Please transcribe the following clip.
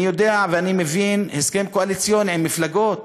אני יודע ואני מבין הסכם קואליציוני עם מפלגות.